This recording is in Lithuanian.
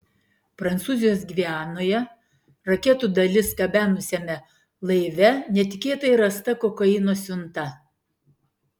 prancūzijos gvianoje raketų dalis gabenusiame laive netikėtai rasta kokaino siunta